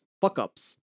fuck-ups